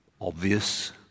obvious